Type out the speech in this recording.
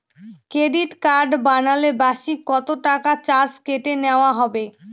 Credit card বানালে বার্ষিক কত টাকা চার্জ কেটে নেওয়া হবে?